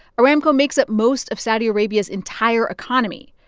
aramco makes up most of saudi arabia's entire economy.